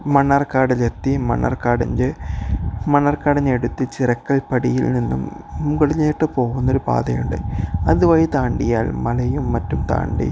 മണ്ണർക്കാടിലെത്തി മണ്ണർക്കാടിൻ്റെ മണർക്കാടിന് അടുത്ത് ചിറക്കൽ പടിയിൽ നിന്നും മുകളിലോട്ട് പോകുന്ന ഒരു പാതയുണ്ട് അതുവഴി താണ്ടിയാൽ മലയും മറ്റും താണ്ടി